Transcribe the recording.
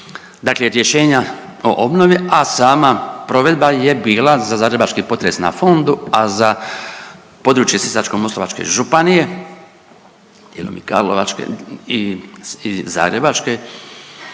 dakle rješenja o obnovi, a sama provedba je bila za zagrebački potres na fondu, a za područje Sisačko-moslavačke županije dijelom i Karlovačke i Zagrebačke,